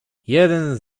jeden